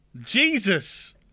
Jesus